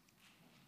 כבוד